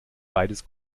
beides